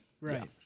Right